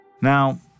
Now